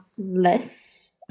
Less